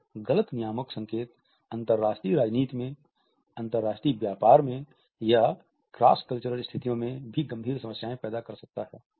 एक गलत नियामक संकेत अंतरराष्ट्रीय राजनीति में अंतरराष्ट्रीय व्यापार में या क्रॉसकल्चरल स्थितियों में गंभीर समस्याएं पैदा कर सकता है